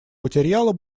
материала